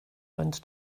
and